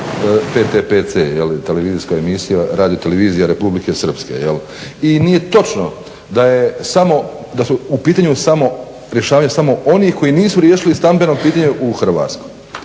jel, televizijska emisija Radio televizija Republike Srpske. I nije točno da je samo, da su u pitanju samo rješenja samo onih koji nisu riješili stambeno pitanje u Hrvatskoj,